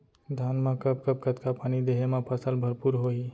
धान मा कब कब कतका पानी देहे मा फसल भरपूर होही?